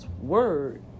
word